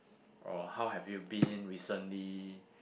oh how have you been recently